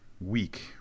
Week